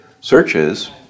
searches